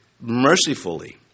mercifully